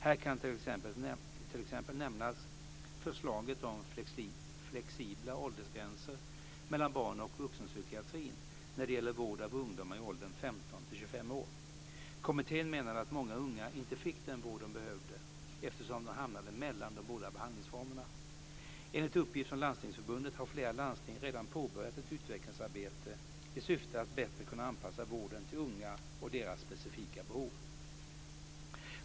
Här kan t.ex. nämnas förslaget om flexibla åldersgränser mellan barn och vuxenpsykiatrin när det gäller vård av ungdomar i åldern 15-25 år. Kommittén menade att många unga inte fick den vård de behövde eftersom de hamnade mellan de båda behandlingsformerna. Enligt uppgift från Landstingsförbundet har flera landsting redan påbörjat ett utvecklingsarbete i syfte att bättre kunna anpassa vården till unga och deras specifika behov.